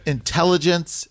Intelligence